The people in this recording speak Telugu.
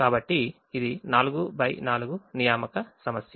కాబట్టి ఇది 4 x 4 అసైన్మెంట్ ప్రాబ్లెమ్